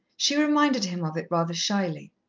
she reminded him of it rather shyly.